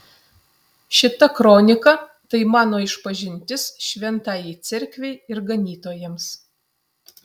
šita kronika tai mano išpažintis šventajai cerkvei ir ganytojams